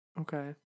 Okay